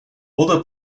other